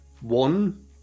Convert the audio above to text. One